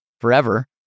forever